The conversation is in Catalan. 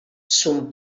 son